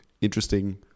interesting